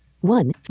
One